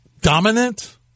dominant